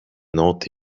not